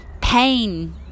pain